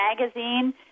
magazine